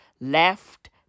left